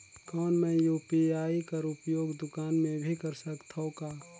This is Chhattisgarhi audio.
कौन मै यू.पी.आई कर उपयोग दुकान मे भी कर सकथव का?